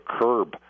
curb